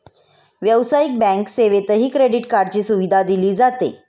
व्यावसायिक बँक सेवेतही क्रेडिट कार्डची सुविधा दिली जाते